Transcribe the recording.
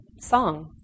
song